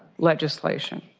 legislation.